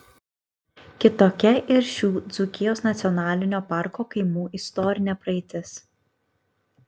kitokia ir šių dzūkijos nacionalinio parko kaimų istorinė praeitis